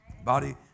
Body